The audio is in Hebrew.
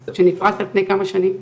שנפרס על פני כמה שנים?